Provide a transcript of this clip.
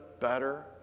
better